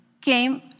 came